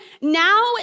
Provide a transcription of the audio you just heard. now